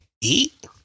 eat